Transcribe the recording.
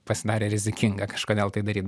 pasidarė rizikinga kažkodėl tai daryt